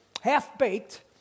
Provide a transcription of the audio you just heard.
half-baked